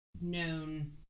known